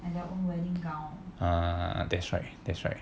ah that's right that's right